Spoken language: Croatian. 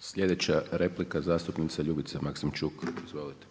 **Maksimčuk, Ljubica (HDZ)**